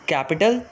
Capital